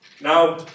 Now